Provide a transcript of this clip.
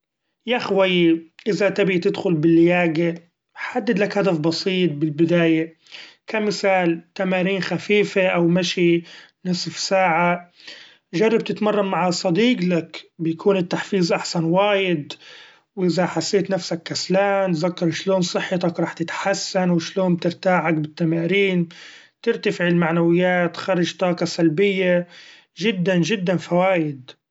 يخويي إذا تبي تدخل باللياقى حددلك هدف بسيط بالبدايي كمثال: تمارين خفيفي أو مشي نصف ساعة جرب تتمرن مع صديق لك بيكون التحفيز أحسن وايد ، و إذا حسيت نفسك كسلان تذكر شلون صحتك رح تتحسن و شلون بترتاح عقب التمارين ، ترتفع المعنويات تخرج طاقة سلبيي جدا جدا فوايد.